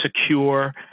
secure